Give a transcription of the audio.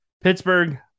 pittsburgh